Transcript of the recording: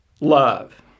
love